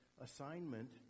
assignment